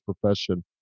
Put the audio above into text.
profession